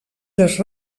les